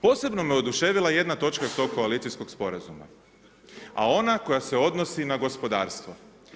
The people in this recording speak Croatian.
Posebno me oduševila jedna točka tog koalicijskog sporazuma, a ona koja se odnosi na gospodarstvo.